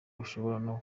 bishoboka